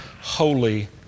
holy